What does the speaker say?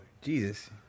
Jesus